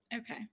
Okay